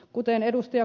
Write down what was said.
kuten ed